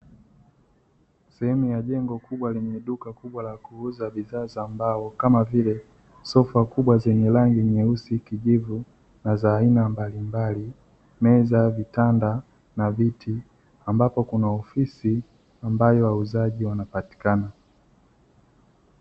Sehemu ya jengo kubwa lenye duka kubwa la kuuza bidhaa za mbao kama vile: sofa kubwa zenye rangi nyeusi, kijivu na za aina mbalimbali; meza, vitanda na viti; ambapo kuna ofisi ambayo wauzaji wanapatikana.